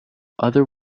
other